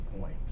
point